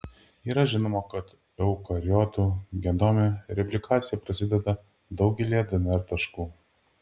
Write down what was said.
yra žinoma kad eukariotų genome replikacija prasideda daugelyje dnr taškų